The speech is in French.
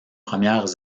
premières